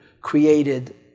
created